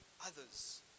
others